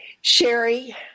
Sherry